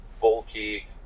bulky